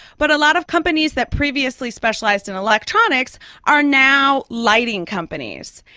but a lot of companies that previously specialised in electronics are now lighting companies.